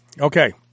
Okay